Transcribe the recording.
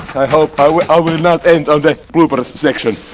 i hope i will ah will not end on the blooper section.